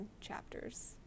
chapters